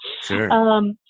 Sure